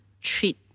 treat